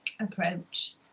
approach